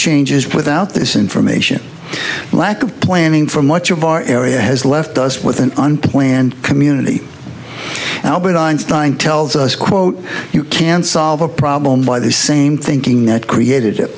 changes without this information lack of planning for much of our area has left us with an unplanned community albert einstein tells us quote you can't solve a problem by the same thinking that created